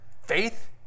faith